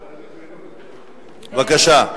בבקשה.